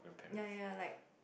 ya ya like